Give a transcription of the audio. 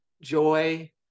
joy